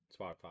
Spotify